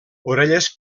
orelles